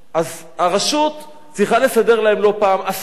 אז הרשות צריכה לסדר להם לא פעם הסעות